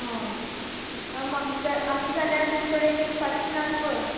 आं आं म्हाका ते आसा जाल्या तुजे कडेन एक पांचशी नाल्ल पळय